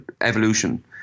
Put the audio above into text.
evolution